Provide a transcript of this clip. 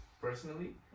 Personally